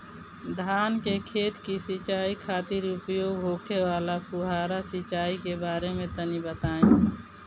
धान के खेत की सिंचाई खातिर उपयोग होखे वाला फुहारा सिंचाई के बारे में तनि बताई?